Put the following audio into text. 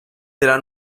della